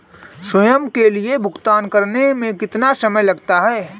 स्वयं के लिए भुगतान करने में कितना समय लगता है?